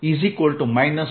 તેથી 12E